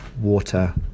water